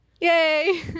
Yay